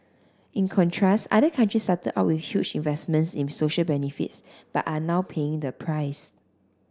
in contrast other countries started out with huge investments in social benefits but are now paying the price